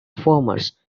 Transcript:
farmers